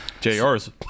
JR's